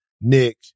Nick